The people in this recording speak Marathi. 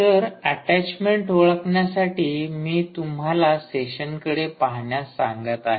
तर अटॅचमेंट ओळखण्यासाठी मी तुम्हाला सेशनकडे पाहण्यास सांगत आहे